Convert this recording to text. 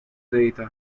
data